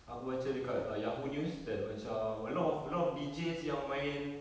aku baca dekat uh yahoo news that macam a lot of a lot of deejays yang main